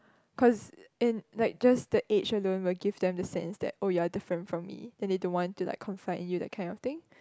cause in like just the age alone will give them the sense that oh you're different from me then they don't want to like confront you that kind of thing